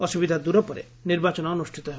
ଅସ୍ବିଧା ଦର ପରେ ନିର୍ବାଚନ ଅନୁଷ୍ଠିତ ହେବ